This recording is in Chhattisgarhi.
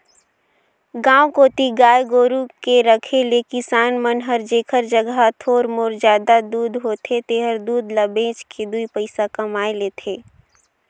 गांव कोती गाय गोरु के रखे ले किसान मन हर जेखर जघा थोर मोर जादा दूद होथे तेहर दूद ल बेच के दुइ पइसा कमाए लेथे